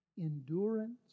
endurance